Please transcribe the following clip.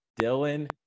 Dylan